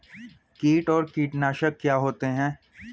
कीट और कीटनाशक क्या होते हैं?